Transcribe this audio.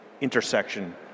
intersection